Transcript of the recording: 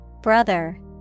Brother